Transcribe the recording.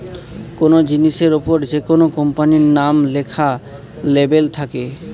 কোনো জিনিসের ওপর যেকোনো কোম্পানির নাম লেখা লেবেল থাকে